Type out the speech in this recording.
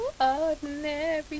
ordinary